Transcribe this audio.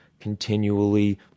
continually